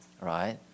right